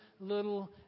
little